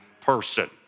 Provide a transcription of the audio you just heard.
person